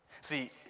See